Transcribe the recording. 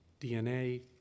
DNA